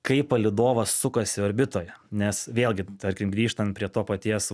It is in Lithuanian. kaip palydovas sukasi orbitoje nes vėlgi tarkim grįžtant prie to paties